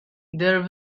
there